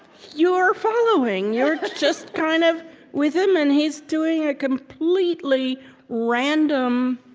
you are following. you're just kind of with him, and he's doing a completely random